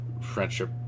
friendship